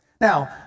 Now